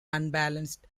unbalanced